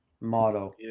motto